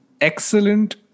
excellent